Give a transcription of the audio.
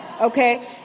okay